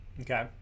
Okay